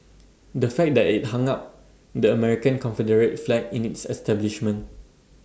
the fact that IT hung up the American Confederate flag in its establishment